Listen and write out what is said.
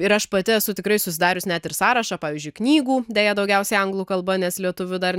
ir aš pati esu tikrai susidarius net ir sąrašą pavyzdžiui knygų deja daugiausiai anglų kalba nes lietuvių dar